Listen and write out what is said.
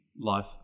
life